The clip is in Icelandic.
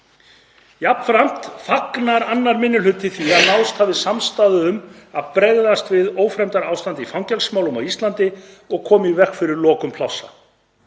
Jafnframt fagnar 2. minni hluti því að náðst hafi samstaða um að bregðast við ófremdarástandi í fangelsismálum á Íslandi og koma í veg fyrir lokun plássa.